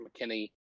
McKinney